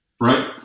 Right